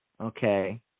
okay